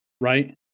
right